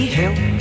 help